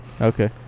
okay